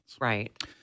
Right